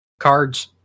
Cards